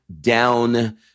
down